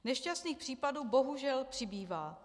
Nešťastných případů bohužel přibývá.